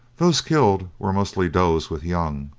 those killed were mostly does with young,